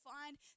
find